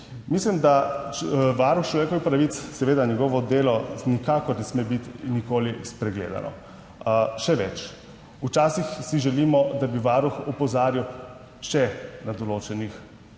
Mislim, da Varuh človekovih pravic, njegovo delo nikakor ne sme biti nikoli spregledano. Še več, včasih si želimo, da bi Varuh opozarjal še na določenih